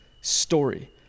story